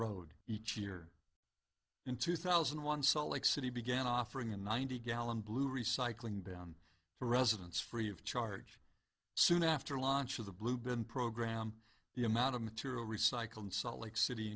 road each year in two thousand and one salt lake city began offering a ninety gallon blue recycling down to residents free of charge soon after launch of the blue ben program the amount of material recycled salt lake city